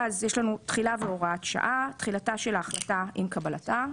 ואז יש לנו תחילה והוראת שעה: תחילתה של החלטה זו עם קבלתה,